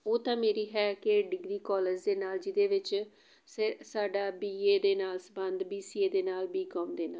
ਉਹ ਤਾਂ ਮੇਰੀ ਹੈ ਕਿ ਡਿਗਰੀ ਕਾਲਜ ਦੇ ਨਾਲ ਜਿਹਦੇ ਵਿੱਚ ਸੇ ਸਾਡਾ ਬੀ ਏ ਦੇ ਨਾਲ ਸਬੰਧ ਬੀ ਸੀ ਏ ਦੇ ਨਾਲ ਬੀ ਕੌਮ ਦੇ ਨਾਲ